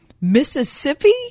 Mississippi